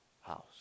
house